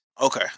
Okay